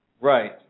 right